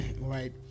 right